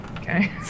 Okay